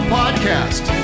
podcast